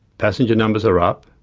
passenger numbers are up,